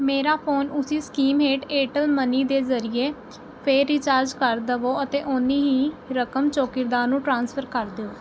ਮੇਰਾ ਫੋਨ ਉਸੀ ਸਕੀਮ ਹੇਠ ਏਅਰਟੈੱਲ ਮਨੀ ਦੇ ਜ਼ਰੀਏ ਫਿਰ ਰਿਚਾਰਜ ਕਰ ਦਵੋ ਅਤੇ ਓਨੀ ਹੀ ਰਕਮ ਚੌਕੀਦਾਰ ਨੂੰ ਟ੍ਰਾਂਸਫਰ ਕਰ ਦਿਓ